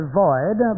void